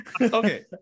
okay